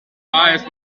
eyes